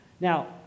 Now